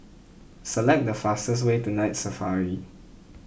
select the fastest way to Night Safari